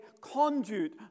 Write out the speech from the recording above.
conduit